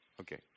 Okay